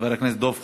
חבר הכנסת דב חנין,